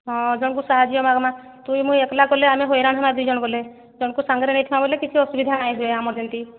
ହଁ ଜଣଙ୍କୁ ସାହାଯ୍ୟ ମାଗ୍ମା ତୁଇ ମୁଇଁ ଏକ୍ଲା ଗଲେ ଆମେ ହଇରାଣ ହେମା ଦୁଇ ଜଣ ଗଲେ ଜଣକୁ ସାଙ୍ଗରେ ନେଇଥିମା ବଲେ କିଛି ଅସୁବିଧା ନାହିଁ ହେ ଆମର ଯେମିତି